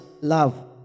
love